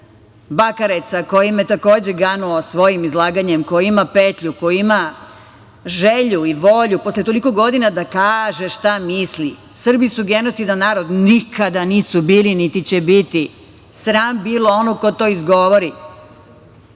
kolegu Bakareca koji me je takođe ganuo svojim izlaganjem, koji ima petlju, koji ima želju i volju posle toliko godina da kaže šta misli. Srbi su genocidan narod – nikada nisu bili, niti će biti. Sram bilo onog ko to izgovori.